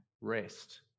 rest